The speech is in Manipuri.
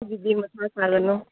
ꯑꯗꯨꯒꯤ ꯃꯊꯥ ꯁꯥꯒꯅꯨ